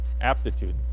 aptitude